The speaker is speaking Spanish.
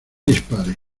dispare